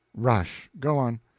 rush! go on.